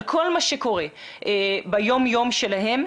על כל מה שקורה ביום יום שלהם,